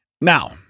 Now